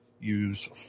use